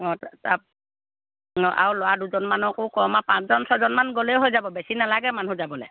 অঁ আৰু ল'ৰা দুজনমানকো কম আৰু পাঁচজন ছয়জনমান গ'লেও হৈ যাব বেছি নালাগে মানুহ যাবলৈ